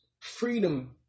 Freedom